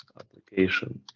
application